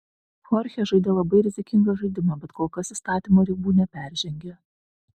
chorchė žaidė labai rizikingą žaidimą bet kol kas įstatymo ribų neperžengė